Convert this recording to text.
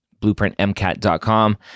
blueprintmcat.com